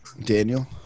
Daniel